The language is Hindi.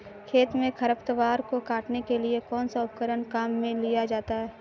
खेत में खरपतवार को काटने के लिए कौनसा उपकरण काम में लिया जाता है?